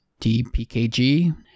dpkg